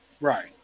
Right